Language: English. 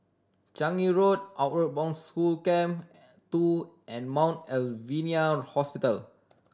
Changi Road Outward Bound School Camp Two and Mount Alvernia Hospital